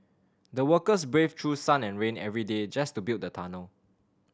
the workers braved through sun and rain every day just to build the tunnel